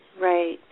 Right